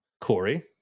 Corey